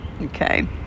okay